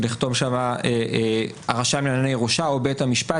ולכתוב שם "הרשם לענייני ירושה או בית המשפט